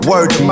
Word